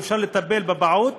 שאפשר לטפל בפעוט